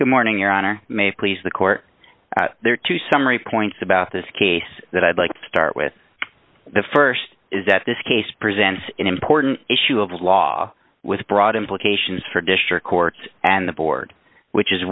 good morning your honor may please the court there to summary points about this case that i'd like to start with the st is that this case presents an important issue of law with broad implications for district courts and the board which is